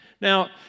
Now